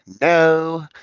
No